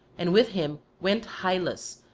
and with him went hylas,